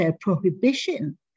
prohibition